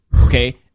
Okay